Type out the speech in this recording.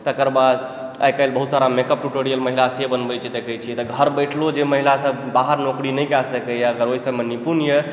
तकर बाद आइकालि बहुत सारा मेकअप टिटोरियल महिला से बनबै छै देखै छियै तऽ घर बैठलो जे महिला सब बाहर नोकरी नइँ कए सकैए अगर ओइ सबमे निपुणयऽ